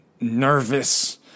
nervous